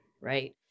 right